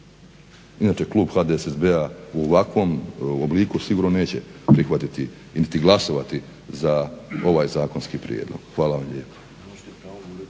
Inače klub HDSSB-a u ovakvom obliku sigurno neće prihvatiti niti glasovati za ovaj zakonski prijedlog. Hvala vam lijepo.